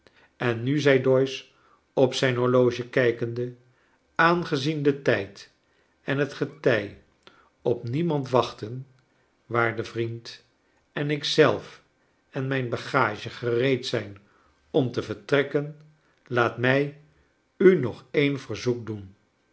en nu zei doyce op zijn horloge kijkende aangezien de tijd en het getij op niemand wachten waarde vriend en ik zelf en mijn bagage gereed zijn om te vertrekken laat mij u nog een verzoek doen